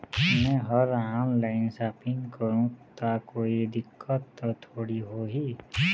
मैं हर online shopping करू ता कोई दिक्कत त थोड़ी होही?